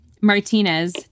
martinez